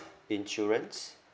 insurance